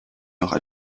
noch